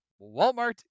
Walmart